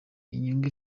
inyungu